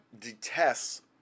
detests